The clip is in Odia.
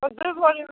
ଗୋଟେ ଭରି